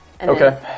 Okay